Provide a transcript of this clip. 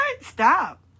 Stop